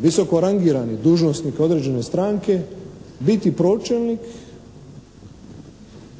visoko rangirani dužnosnik određene stranke biti pročelnik